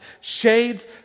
shades